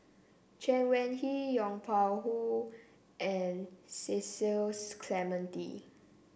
Chen Wen Hsi Yong Pung Hoo and Cecil Clementi